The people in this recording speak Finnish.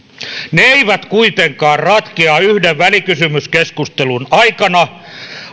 ne eivät kuitenkaan ratkea yhden välikysymyskeskustelun aikana